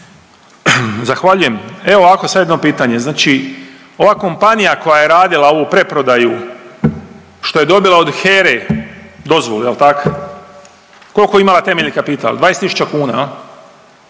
Zahvaljujem. Evo ovako sad jedno pitanje, znači ova kompanija koja je radila ovu preprodaju što je dobila od HERA-e dozvolu jel tak, koliko je imala temeljni kapital? 20.000 kuna. Šta